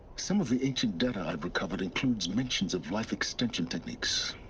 some of the ancient data i've recovered includes mentions of life extension techniques.